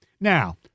Now